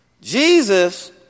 Jesus